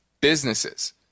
businesses